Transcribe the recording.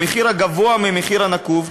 במחיר הגבוה מהמחיר הנקוב,